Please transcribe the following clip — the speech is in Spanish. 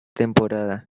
temporada